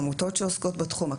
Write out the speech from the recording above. עמותות שעוסקות בתחום,